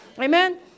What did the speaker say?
Amen